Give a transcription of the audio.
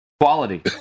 Quality